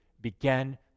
began